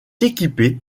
équipée